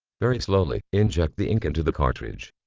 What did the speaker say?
very slowly inject the ink into the cartridge.